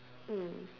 mm